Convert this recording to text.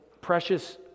precious